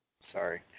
Sorry